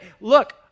Look